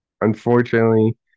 Unfortunately